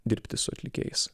dirbti su atlikėjais